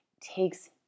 takes